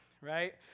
right